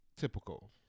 Typical